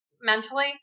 mentally